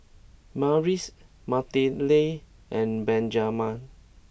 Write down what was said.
Marquise Matilde and Benjamen